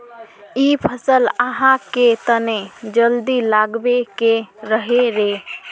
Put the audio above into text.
इ फसल आहाँ के तने जल्दी लागबे के रहे रे?